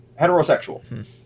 heterosexual